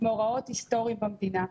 מאורעות היסטוריים במדינה,